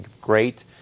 great